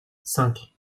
cinq